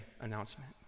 announcement